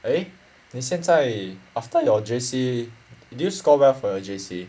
eh 你现在 after your J_C did you score well for your J_C